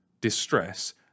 distress